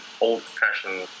old-fashioned